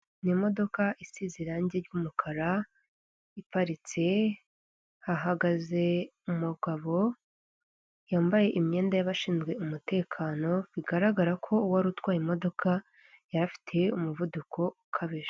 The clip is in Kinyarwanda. Ni imodokadoka isize irangi ry'umukara iparitse, hahagaze umugabo yambaye imyenda y'abashinzwe umutekano bigaragara ko uwari utwaye imodoka yari afite umuvuduko ukabije.